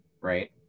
right